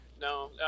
no